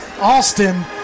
Austin